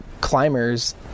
climbers